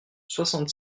soixante